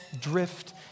drift